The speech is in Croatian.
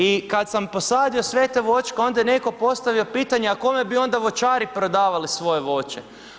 I kad sam posadio sve te voćke onda je netko postavio pitanje a kome bi onda voćari prodavali svoje voće.